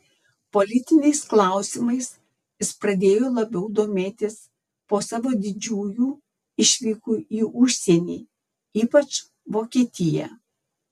politiniais klausimais jis pradėjo labiau domėtis po savo didžiųjų išvykų į užsienį ypač vokietiją